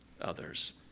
others